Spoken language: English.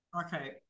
Okay